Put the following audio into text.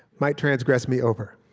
might transgress me over